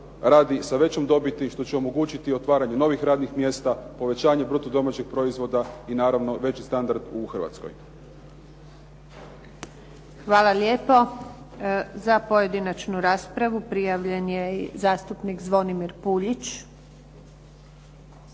radi sa većom dobiti što će omogućiti otvaranje novih radnih mjesta, povećanje bruto domaćeg proizvoda i naravno veći standard u Hrvatskoj. **Antunović, Željka (SDP)** Hvala lijepo. Za pojedinačnu raspravu prijavljen je i zastupnik Zvonimir Puljić.